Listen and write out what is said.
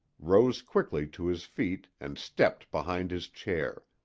rose quickly to his feet and stepped behind his chair.